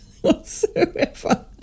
whatsoever